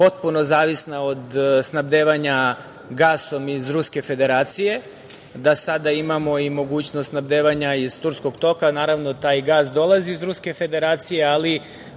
potpuno zavisna od snabdevanja gasom iz Ruske Federacije, da sada imamo mogućnost snabdevanja iz Turskog toka. Naravno, taj gas dolazi iz Ruske Federacije ali